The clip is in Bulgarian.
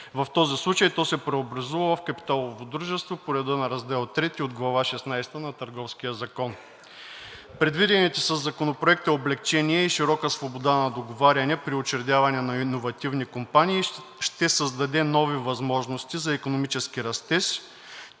В този случай то се преобразува в капиталово дружество по реда на Раздел III от Глава шестнадесета на Търговския закон. Предвидените със Законопроекта облекчения и широка свобода на договаряне при учредяване на иновативни компании ще създаде нови възможности за икономически растеж